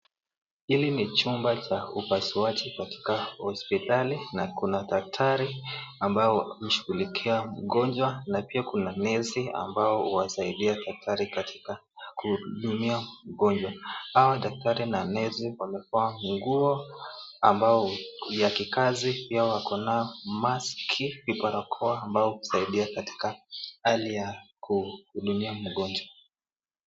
Ili n chumba cha hupasuaji katika hospitali, na kuna dakatari ambao ushughulikia mgonjwa na pia kuna nesi ambao huwasaidia daktari katika kuundumia mgonjwa. Hao daktari na nesi wamevaa nguo ambao ya kikazi, pia wako na maskii barakoa kuwasaidia ambao husaidia katika hali ya kuundumia mgonjwa.